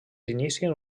inicien